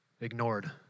Ignored